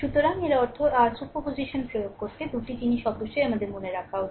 সুতরাং এর অর্থ আর সুপারপজিশন প্রয়োগ করতে 2 টি জিনিস অবশ্যই আমাদের মনে রাখা উচিত